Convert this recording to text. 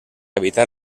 evitar